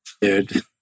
Dude